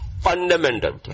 fundamental